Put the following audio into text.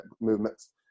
movements